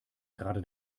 gerade